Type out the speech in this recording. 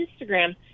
Instagram